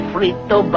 Frito